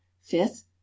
fifth